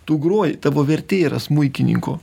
tu groji tavo vertė yra smuikininku